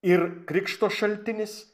ir krikšto šaltinis